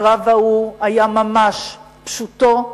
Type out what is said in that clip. הקרב ההוא היה ממש, פשוטו כמשמעו,